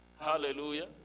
Hallelujah